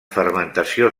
fermentació